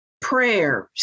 prayers